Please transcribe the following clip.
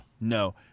No